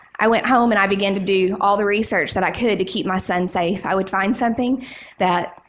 i went home and i began to do all the research that i could to keep my son safe. i would find something that,